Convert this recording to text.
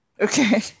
Okay